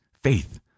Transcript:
faith